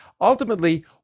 ultimately